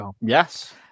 Yes